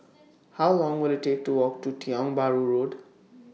How Long Will IT Take to Walk to Tiong Bahru Road